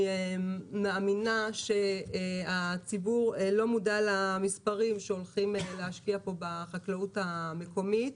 אני מאמינה שהציבור לא מודע למספרים שהולכים להשקיע פה בחקלאות המקומית,